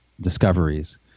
discoveries